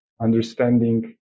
understanding